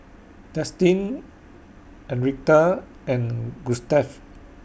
Destin Enriqueta and Gustaf